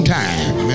time